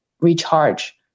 recharge